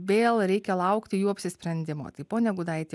vėl reikia laukti jų apsisprendimo tai pone gudaiti